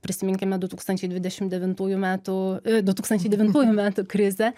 prisiminkime du tūkstančiai dvidešim devintųjų metų du tūkstančiai devyntųjų metų krizę